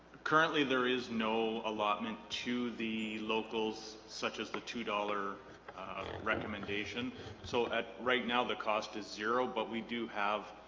currently there is no allotment to the locals such as the two dollars recommendation so at right now the cost is zero but we do have